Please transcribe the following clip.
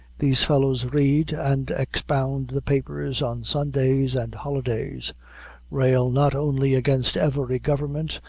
these fellows read and expound the papers on sundays and holidays rail not only against every government,